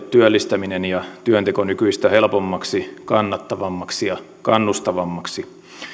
työllistäminen ja työnteko nykyistä helpommaksi kannattavammaksi ja kannustavammaksi